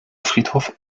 friedhof